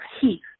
heat